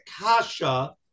kasha